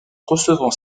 recevant